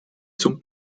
zum